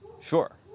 sure